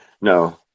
No